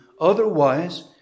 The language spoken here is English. Otherwise